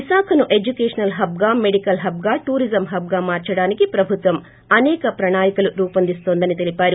విశాఖను educational hub గా medical hub గా టూరిజం హబ్ గా మార్చడానికి ప్రభుత్వం అసేక ప్రణాళికలు రూపొందిస్తోంద తెలిపారు